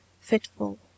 fitful